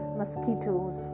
mosquitoes